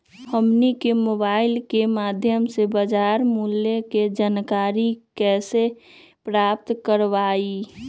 हमनी के मोबाइल के माध्यम से बाजार मूल्य के जानकारी कैसे प्राप्त करवाई?